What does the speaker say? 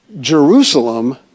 Jerusalem